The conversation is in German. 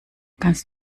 kannst